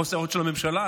חוסר האחריות של הממשלה,